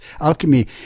Alchemy